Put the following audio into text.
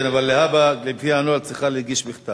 אבל להבא, גברתי, הנוהל הוא שאת צריכה להגיש בכתב.